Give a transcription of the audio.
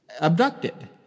abducted